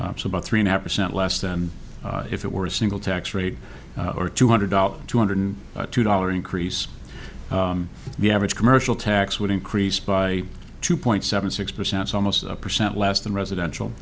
percent about three and a half percent less than if it were a single tax rate or two hundred dollars two hundred two dollars increase the average commercial tax would increase by two point seven six percent almost a percent less than residential